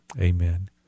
Amen